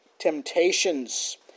temptations